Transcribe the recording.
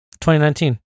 2019